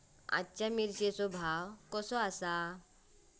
आज मिरचेचो भाव कसो आसा?